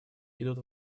идут